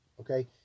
okay